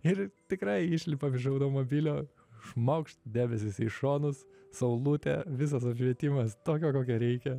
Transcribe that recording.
ir tikrai išlipam iš automobilio šmaukšt debesys į šonus saulutė visas apšvietimas tokio kokio reikia